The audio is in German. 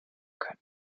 können